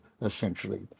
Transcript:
essentially